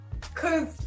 cause